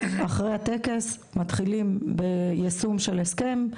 אחרי הטקס מתחילים ביישום של הסכם,